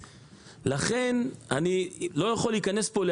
אבל חייבים לתת לו את הבסיס.